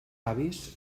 avis